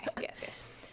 yes